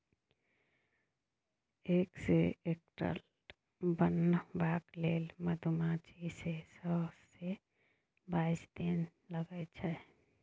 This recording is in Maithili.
एग सँ एडल्ट बनबाक लेल मधुमाछी केँ सोलह सँ बाइस दिन लगै छै